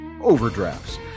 overdrafts